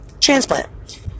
transplant